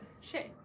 Shay